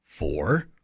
four